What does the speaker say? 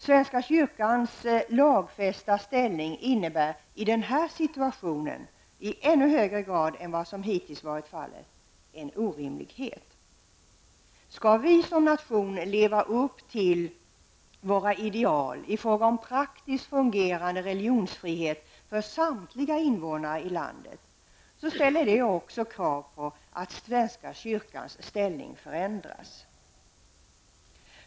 Svenska kyrkans lagfästa ställning innebär i den här situationen i ännu högre grad än vad hittills har varit fallet en orimlighet. Skall vi som nation leva upp till våra ideal i fråga om praktiskt fungerande religionsfrihet för samtliga invånare i landet ställer det också krav på att svenska kyrkans ställning förändras.